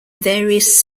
various